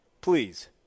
Please